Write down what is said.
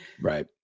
Right